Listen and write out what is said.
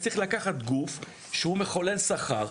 צריך לקחת גוף שהוא מחולל שכר,